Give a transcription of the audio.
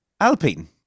Alpine